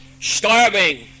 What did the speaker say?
starving